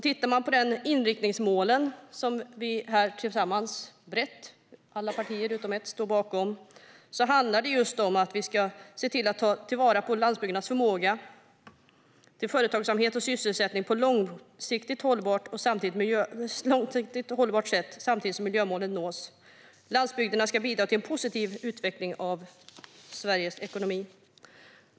Tittar man på de inriktningsmål som vi alla partier utom ett står bakom handlar det just om att vi ska se till att ta vara på landsbygdens förmåga till företagsamhet och sysselsättning på långsiktigt hållbart sätt samtidigt som miljömålen nås. Landsbygden ska bidra till en positiv utveckling av Sveriges ekonomi.